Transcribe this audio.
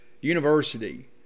university